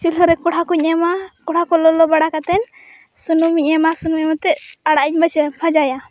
ᱪᱩᱞᱦᱟᱹᱨᱮ ᱠᱚᱲᱦᱟᱠᱚᱧ ᱮᱢᱟ ᱠᱚᱲᱦᱟᱠᱚ ᱞᱚᱞᱚᱵᱟᱲᱟ ᱠᱟᱛᱮᱫ ᱥᱩᱱᱩᱢᱤᱧ ᱮᱢᱟ ᱥᱩᱱᱩᱢ ᱮᱢ ᱠᱟᱛᱮᱫ ᱟᱲᱟᱜᱤᱧ ᱵᱷᱟᱡᱟᱭᱟ